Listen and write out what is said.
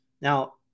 Now